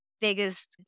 biggest